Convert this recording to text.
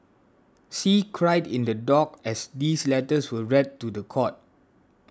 see cried in the dock as these letters were read to the court